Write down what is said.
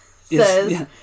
says